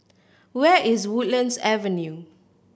where is Woodlands Avenue